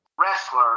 wrestler